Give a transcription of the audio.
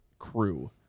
crew